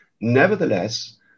Nevertheless